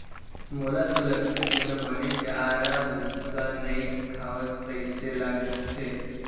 मोला तो लगथे तेंहा बने चारा भूसा नइ खवास तइसे लगथे